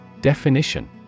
Definition